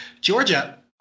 Georgia